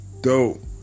dope